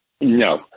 No